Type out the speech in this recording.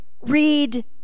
read